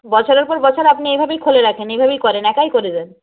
বছরের পর বছর আপনি এইভাবেই খুলে রাখেন এভাবেই করেন একাই করে যান